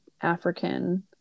african